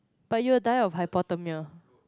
but you will die of hypothermia